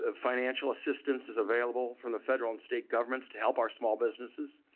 ah financial assistance is available from the federal and state governments to help our small businesses.